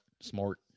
Smart